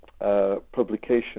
Publication